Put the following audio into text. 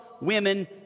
women